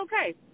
okay